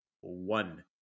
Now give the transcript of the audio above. one